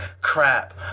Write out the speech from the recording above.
crap